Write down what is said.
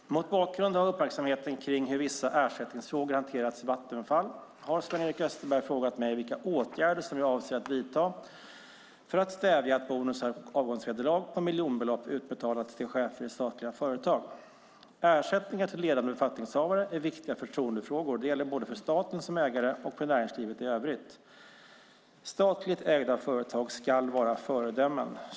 Fru talman! Mot bakgrund av uppmärksamheten kring hur vissa ersättningsfrågor hanterats i Vattenfall har Sven-Erik Österberg frågat mig vilka åtgärder som jag avser att vidta för att stävja att bonusar och avgångsvederlag på miljonbelopp utbetalas till chefer i statliga företag. Ersättningar till ledande befattningshavare är viktiga förtroendefrågor. Det gäller både för staten som ägare och för näringslivet i övrigt. Statligt ägda företag ska vara föredömen.